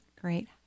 Great